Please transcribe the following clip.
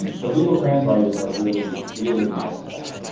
so google translate is a really, really nice thing.